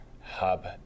hub